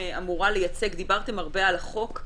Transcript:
דיברתם הרבה על החוק,